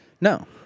No